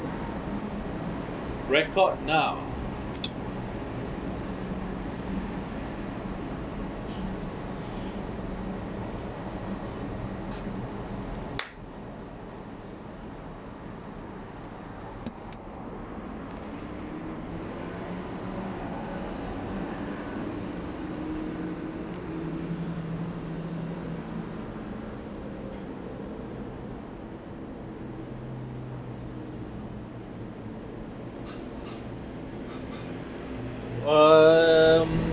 record now um